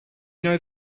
know